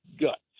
guts